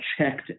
checked